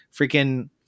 freaking